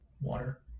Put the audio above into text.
water